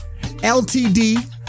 ltd